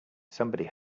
somebody